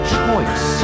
choice